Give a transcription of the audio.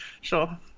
Sure